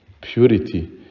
purity